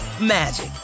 magic